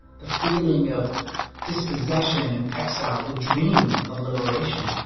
the feeling of dispossession and exile, the dream of liberation,